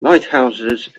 lighthouses